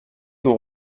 dons